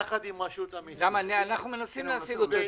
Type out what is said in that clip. יחד עם רשות המיסים --- אנחנו מנסים להשיג את המנכ"ל.